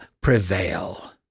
prevail